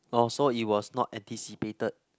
oh so it was not anticipated